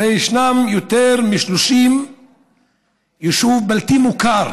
הרי ישנם יותר מ-30 יישובים בלתי מוכרים